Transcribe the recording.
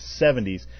70s